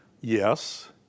Yes